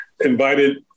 invited